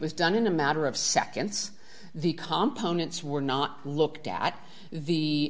was done in a matter of seconds the compo nits were not looked at the